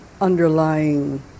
underlying